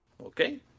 okay